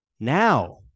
Now